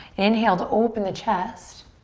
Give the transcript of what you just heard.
inhale to open the chest.